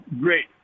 great